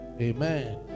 amen